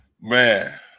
Man